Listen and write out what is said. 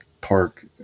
park